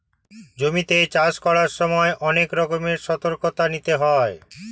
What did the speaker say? জমিতে চাষ করার সময় অনেক রকমের সতর্কতা নিতে হয়